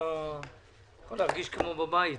אתה מרגיש כמו בבית,